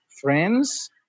friends